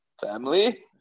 family